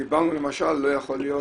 דיברנו למשל על כך שלא יכול להיות